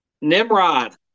Nimrod